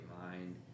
mind